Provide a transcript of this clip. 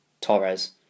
Torres